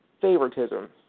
Favoritism